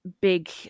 big